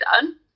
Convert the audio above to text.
done